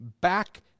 back